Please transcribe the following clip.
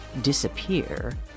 disappear